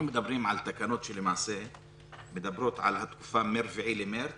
אנחנו מדברים על תקנות שלמעשה מדברות על התקופה מה-4 במרץ,